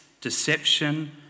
deception